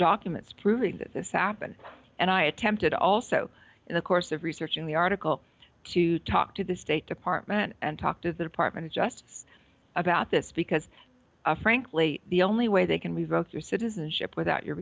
documents proving that this happened and i attempted also in the course of researching the article to talk to the state department and talk to the department of justice about this because frankly the only way they can revoke your citizenship without your